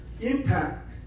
impact